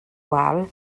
wal